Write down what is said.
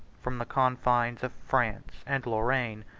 from the confines of france and lorraine,